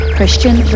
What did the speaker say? Christian